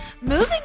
moving